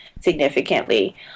significantly